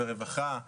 ורווחה.